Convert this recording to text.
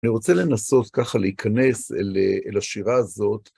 אני רוצה לנסות ככה להיכנס אל... אה... אל השירה הזאת.